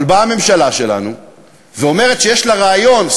אבל באה הממשלה שלנו ואומרת שיש לה רעיון,